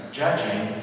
judging